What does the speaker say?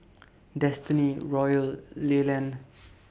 Destiny Royal Leland